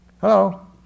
Hello